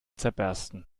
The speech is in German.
zerbersten